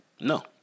No